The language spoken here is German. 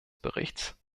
berichts